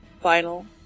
final